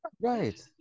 Right